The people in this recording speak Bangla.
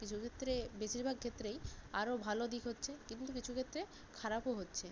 কিছু ক্ষেত্রে বেশিরভাগ ক্ষেত্রেই আরো ভালো দিক হচ্ছে কিন্তু কিছু ক্ষেত্রে খারাপও হচ্ছে